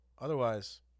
Otherwise